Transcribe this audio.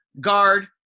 guard